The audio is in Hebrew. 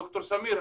ד"ר סמיר,